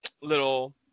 Little